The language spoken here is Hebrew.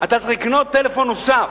אתה צריך לקנות טלפון נוסף,